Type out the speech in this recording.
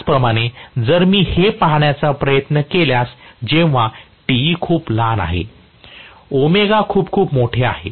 त्याचप्रमाणे जर मी हे पाहण्याचा प्रयत्न केल्यास जेव्हा Te खूप लहान आहे ω खूप खूप मोठे आहे